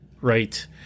right